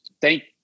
Thank